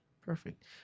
Perfect